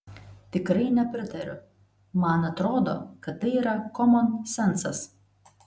tikrai nepritariu man atrodo kad tai yra komonsencas